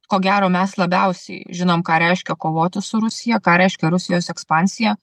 ko gero mes labiausiai žinom ką reiškia kovoti su rusija ką reiškia rusijos ekspansija